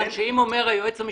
איך אתה רואה שזה נפתר?